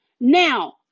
Now